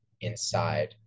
inside